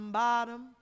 bottom